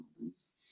moments